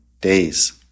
days